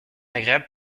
agréable